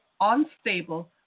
unstable